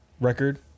record